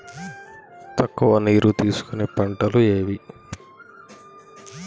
తక్కువ నీరు తీసుకునే పంటలు ఏవి?